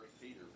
Peter